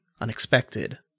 unexpected